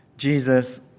Jesus